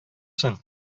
соң